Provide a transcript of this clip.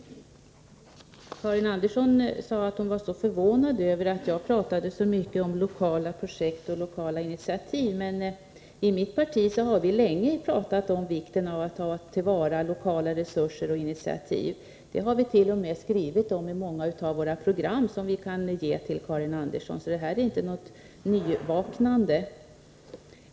Karin Andersson var förvånad över att jag talade så mycket om lokala projekt och lokala initiativ. I mitt parti har vi länge talat om vikten av att ta till vara lokala resurser och initiativ. Vi har t.o.m. skrivit om detta i många av våra program, som jag skulle kunna överlämna till Karin Andersson. Det är alltså inte fråga om något nyligen inträffat uppvaknande.